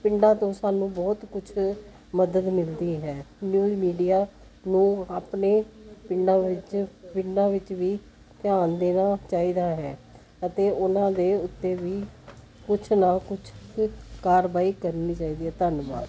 ਪਿੰਡਾਂ ਤੋਂ ਸਾਨੂੰ ਬਹੁਤ ਕੁਛ ਮਦਦ ਮਿਲਦੀ ਹੈ ਨਿਊਜ਼ ਮੀਡੀਆ ਨੂੰ ਆਪਣੇ ਪਿੰਡਾਂ ਵਿੱਚ ਪਿੰਡਾਂ ਵਿੱਚ ਵੀ ਧਿਆਨ ਦੇਣਾ ਚਾਹੀਦਾ ਹੈ ਅਤੇ ਉਹਨਾਂ ਦੇ ਉੱਤੇ ਵੀ ਕੁਛ ਨਾ ਕੁਛ ਕਾਰਵਾਈ ਕਰਨੀ ਚਾਹੀਦੀ ਹੈ ਧੰਨਵਾਦ